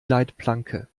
leitplanke